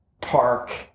park